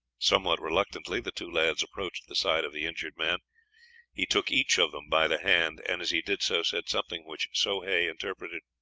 somewhat reluctantly, the two lads approached the side of the injured man he took each of them by the hand, and, as he did so, said something which soh hay interpreted